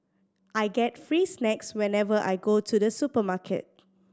I get free snacks whenever I go to the supermarket